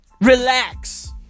relax